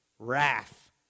Wrath